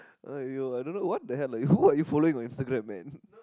!aiyo! I don't know what the hell are you who are you following on Instagram man